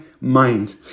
mind